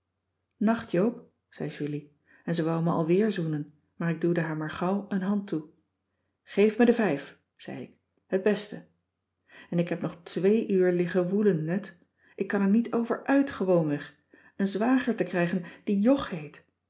nacht joop zei julie en ze wou me al weer zoenen maar ik duwde haar maar gauw een hand toe geef me de vijf zei ik het beste en ik heb nog twee uur liggen woelen net ik kan er niet over uit gewoonweg een zwager te krijgen die